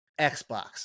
Xbox